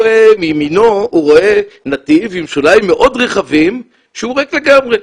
מימינו הוא רואה נתיב עם שוליים מאוד רחבים שהוא ריק לגמרי.